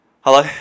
Hello